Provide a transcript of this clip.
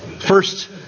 First